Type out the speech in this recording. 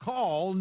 Call